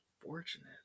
Fortunate